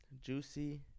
Juicy